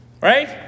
Right